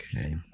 okay